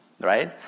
Right